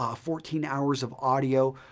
ah fourteen hours of audio,